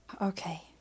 Okay